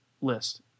list